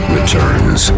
Returns